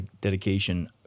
dedication